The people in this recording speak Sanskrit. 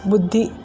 बुद्धिः